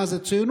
מה זה ציונות,